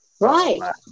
Right